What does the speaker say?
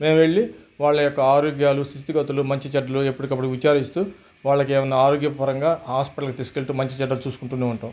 మేము వెళ్ళి వాళ్ళ యొక్క ఆరోగ్యాలు స్థితిగతులు మంచి చెడ్లు ఎప్పటికప్పుడు విచారిస్తూ వాళ్ళకి ఏమన్నా ఆరోగ్యపరంగా హాస్పిటల్కి తీసుకెళుతు మంచి చెడ్డలు చూసుకుంటూనే ఉంటాం